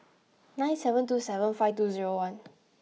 nine seven two seven five two zero one